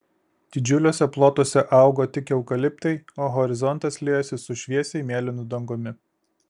didžiuliuose plotuose augo tik eukaliptai o horizontas liejosi su šviesiai mėlynu dangumi